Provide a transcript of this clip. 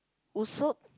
also